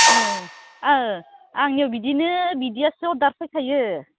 आंनियाव बिदिनो बिदियासो अर्डार फैखायो